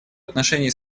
отношении